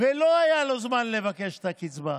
ולא היה לו זמן לבקש את הקצבה,